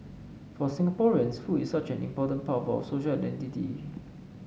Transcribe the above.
for Singaporeans food is such an important part of our social identity